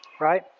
right